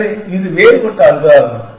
எனவே இது வேறுபட்ட அல்காரிதம்